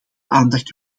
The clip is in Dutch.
aandacht